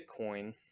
Bitcoin